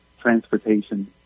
transportation